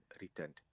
returned